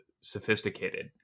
sophisticated